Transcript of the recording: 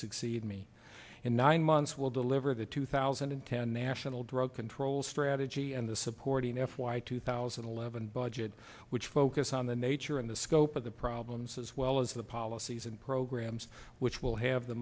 succeed me in nine months will deliver the two thousand and ten national drug troels strategy and the supporting f y two thousand and eleven budget which focus on the nature and the scope of the problems as well as the policies and programs which will have the